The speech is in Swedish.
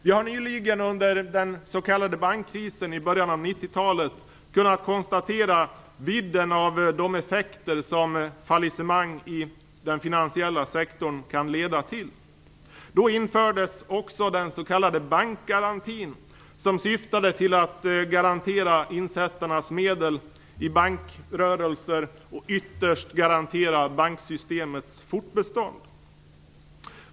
Vi har nyligen, under den s.k. bankkrisen i början av 90-talet, kunnat konstatera vidden av de effekter som fallissemang i den finansiella sektorn kan leda till. Då infördes också den s.k. bankgarantin, som syftade till att garantera insättarnas medel i bankrörelser och ytterst garantera banksystemets fortbestånd.